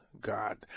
God